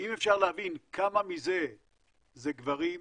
אם אפשר להבין כמה מזה זה גברים,